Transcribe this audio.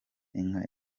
inka